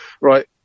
right